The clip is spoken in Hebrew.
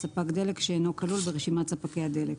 מספק דלק שאינו כלול ברשימת ספקי הדלק.